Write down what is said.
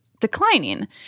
declining